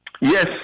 Yes